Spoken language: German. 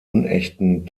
unechten